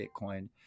Bitcoin